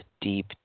deep